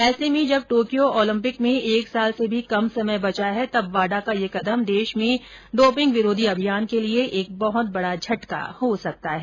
ऐसे में जब तोक्यो ओलम्पिक में एक साल से भी कम समय बचा है तब वाडा का यह कदम देश में डोपिंग विरोधी अभियान के लिए एक बहुत बड़ा झटका हो सकता है